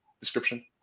description